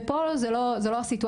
ופה זו לא הסיטואציה.